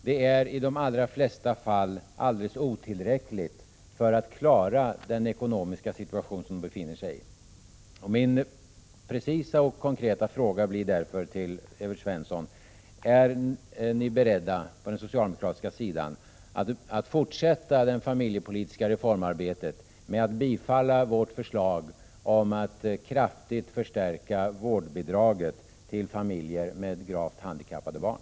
Det är i de allra flesta fall alldeles otillräckligt för att klara den ekonomiska situation som de befinner sig i. Min precisa och konkreta fråga till Evert Svensson blir därför: Är ni på den socialdemokratiska sidan beredda att fortsätta det familjepolitiska reformarbetet med att bifalla vårt förslag om att kraftigt förstärka vårdbidraget till familjer med gravt handikappade barn?